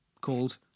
called